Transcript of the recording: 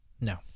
No